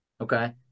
Okay